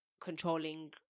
controlling